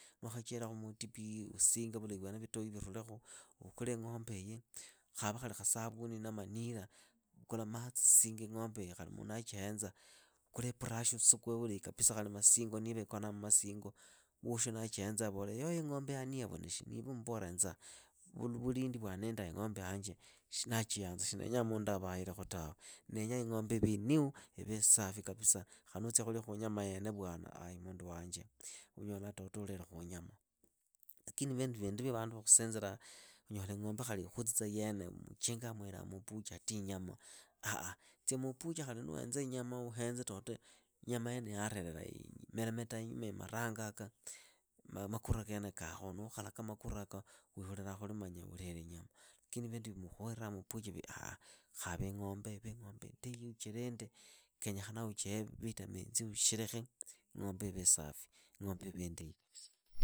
Nuwakhachihirakhu muutipi, usinge vulahi vyene vitoi virulekhu, uvukule ing'ombeiyi. khava khali khasavuna na manila, vukula matsi singa ing'ombeiyi khali mundu naachihenza, uvukule ipurashi usukue vulahi kapisa khali masingo niiva ikonaa mmasingo, woosho naachihenza avore. yoyo ing'ombe yaniha vuneshi. Niiwe umbole enza. vulindi vya nindaa ing'ombe yanje. ndaachiyanza shindenyaa mundu avairekhu tawe. Ndenyaa ing'ombe ive inihu. ive isafi kapisa, khali nuutsia khuliakhu inyama yene vwana ai mundu wanje. unyolaa toto ulilekhuunyama. Lakini vindu viindi vya vandu vakhusinziraa, unyola ing'ombe khali ikhutsitsa yene muchingaa muhiraa muupucha ati inyama, ah. Tsia muupucha khali nuuhenza inyama uhenze toto inyama yene yaarelela. imeremetaa inyumiiyi marangoaka, makura keene kaakhu, nuukhalaka makurako ulolekhaa khuli manya ulile inyama. Lakini vindu vya mukhuleraa muupuchaivi ah. Khava ing'ombe ive ing'ombe indahi uchilinde. khenyekhaa uchihe vitaminsi usherekhe, ing'ombe ive isafi, ing'ombe ive indahi kapisa